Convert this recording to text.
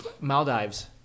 Maldives